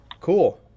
cool